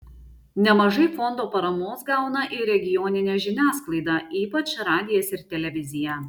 nemažai fondo paramos gauna ir regioninė žiniasklaida ypač radijas ir televizija